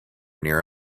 near